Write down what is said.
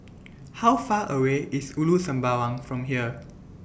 How Far away IS Ulu Sembawang from here